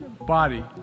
body